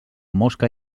mosca